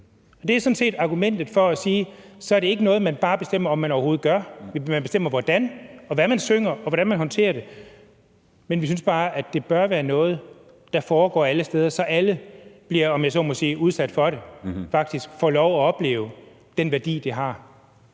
Det er sådan set argumentet for at sige, at så er det ikke noget, man bare bestemmer om man overhovedet gør – man bestemmer, hvordan og hvad man synger, og hvordan man håndterer det, men vi synes bare, det bør være noget, der foregår alle steder, så alle bliver, om jeg så må sige, udsat for det og faktisk får lov til at opleve den værdi, det har.